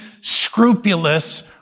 scrupulous